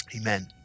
Amen